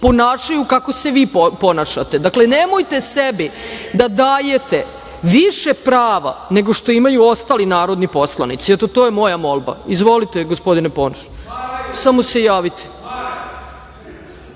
ponašaju kako se vi ponašate, dakle nemojte sebi da dajete više prava, nego što imaju ostali narodni poslanici. To je moja molba. Izvolite gospodine Ponoš, samo se javite. Ako